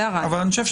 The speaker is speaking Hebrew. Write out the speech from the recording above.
זה הרעיון.